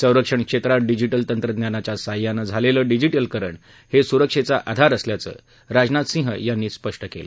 संरक्षण क्षेत्रात डिजिटल तंत्रज्ञानाच्या साह्यानं झालेलं डिजीटलीकरण हे स्रक्षेचा आधार असल्याचं राजनाथ सिंह यांनी स्पष्ट केलं